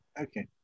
Okay